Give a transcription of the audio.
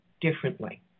differently